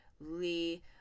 Lee